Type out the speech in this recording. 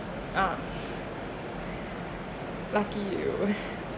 ah lucky